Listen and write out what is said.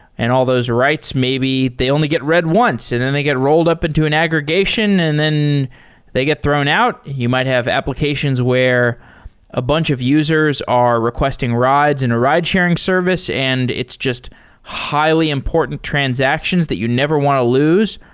and all those writes, may be they only get read once and then they get rolled up into an aggregation and then they get thrown out. you might have applications where a bunch of users are requesting rides in a ridesharing service and it's just highly important transactions that you never want to lose,